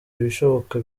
ibishoboka